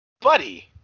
Buddy